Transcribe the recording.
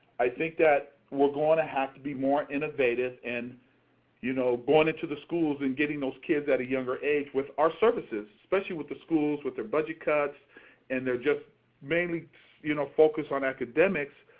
i think that we're going to have to be more innovative and you know going into the schools and getting those kids at a younger age with our services. especially with the schools with their budget cuts and they're just mainly you know focused on academics,